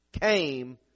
came